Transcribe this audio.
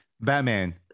Batman